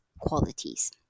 qualities